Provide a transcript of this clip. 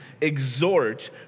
exhort